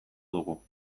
dugu